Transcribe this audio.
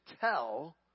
tell